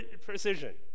precision